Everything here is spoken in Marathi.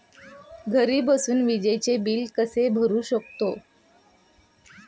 घरी बसून विजेचे बिल कसे भरू शकतो?